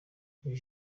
est